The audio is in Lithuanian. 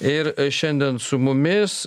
ir šiandien su mumis